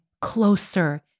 closer